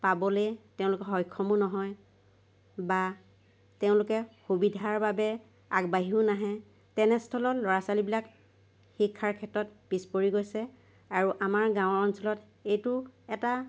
পাবলৈ তেওঁলোকে সক্ষমো নহয় বা তেওঁলোকে সুবিধাৰ বাবে আগবাঢ়িও নাহে তেনে স্থলত ল'ৰা ছোৱালীবিলাক শিক্ষাৰ ক্ষেত্ৰত পিছ পৰি গৈছে আৰু আমাৰ গাঁৱৰ অঞ্চলত এইটো এটা